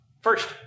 First